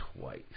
twice